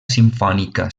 simfònica